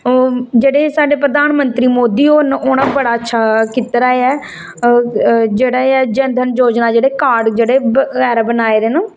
जेहडे़ साढ़े प्रधानमंत्री मोदी होर ना उनें बड़ा अच्छा ओह् कीते दा ऐ जेहड़ा ऐ जनधन योजना दे जेहडे़ कार्ड जेहडे़ बगैरा बनाए दे ना